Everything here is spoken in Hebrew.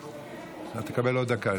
אתה תקבל עוד דקה.